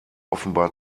offenbar